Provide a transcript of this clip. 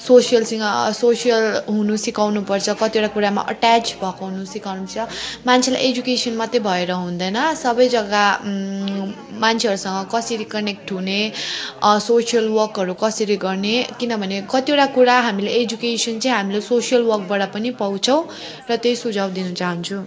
सोसियलसँग social हुनु सिकाउनु पर्छ कतिवटा कुरामा अट्याच भएको हुनु सिकाउनु पर्छ मान्छेलाई एजुकेसन मात्रै भएर हुँदैन सबै जग्गा मान्छेहरूसँग कसरी कनेक्ट हुने सोसियल वर्कहरू कसरी गर्ने किनभने कतिवटा कुरा हामीले एजुकेसन चाहिँ हाम्रो सोसियल वर्कबाट पनि पाउँछौँ र त्यही सुझाउ दिन चाहन्छु